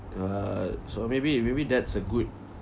uh so maybe maybe that's a good